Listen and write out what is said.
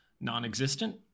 non-existent